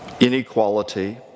inequality